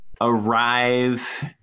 arrive